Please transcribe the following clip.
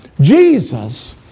Jesus